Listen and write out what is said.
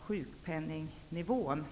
sjukpenningnivån.